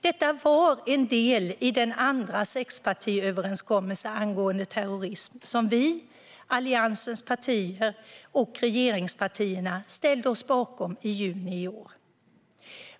Detta var en del i den andra sexpartiöverenskommelsen angående terrorism som vi, Alliansens partier och regeringspartierna, ställde oss bakom i juni i år.